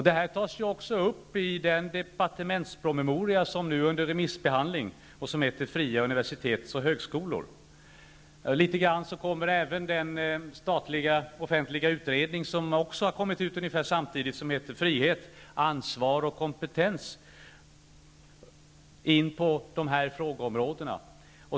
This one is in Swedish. Detta tas också upp i den departementspromemoria som nu är under remissbehandling och som heter Fria universitet och högskolor. Även i den statliga utredningen med titeln Frihet Ansvar Kompetens, som kom ut ungefär samtidigt, kommer man in på dessa områden.